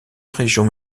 région